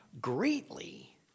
greatly